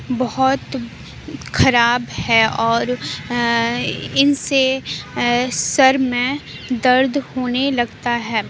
بہت خراب ہے اور ان سے سر میں درد ہونے لگتا ہے